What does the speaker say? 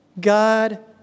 God